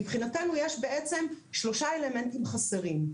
מבחינתנו, יש בעצם שלושה אלמנטים חסרים.